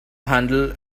handle